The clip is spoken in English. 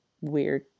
weird